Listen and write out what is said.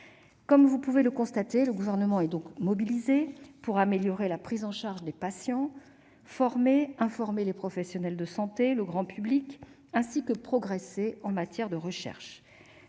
messieurs les sénateurs, le Gouvernement est donc mobilisé pour améliorer la prise en charge des patients, former et informer les professionnels de santé et le grand public, ainsi que progresser en matière de recherche.